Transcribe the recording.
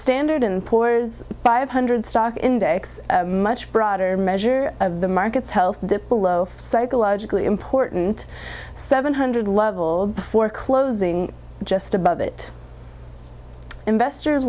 standard and poor's five hundred stock index much broader measure of the market's health dipped below psychologically important seven hundred level for closing just above it investors